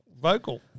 vocal